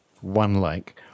one-like